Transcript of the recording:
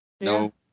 no